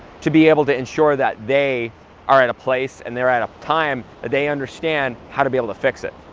to be able to ensure that they are at a place, and they're at a time that they understand how to be able to fix it.